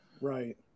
Right